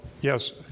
Yes